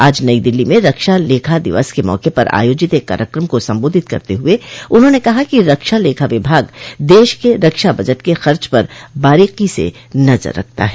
आज नइ दिल्ली में रक्षा लेखा दिवस के मौके पर आयोजित एक कार्यक्रम को सम्बोधित करते हुए उन्होंने कहा कि रक्षा लेखा विभाग देश के रक्षा बजट के खर्च पर बारीकी से नजर रखता है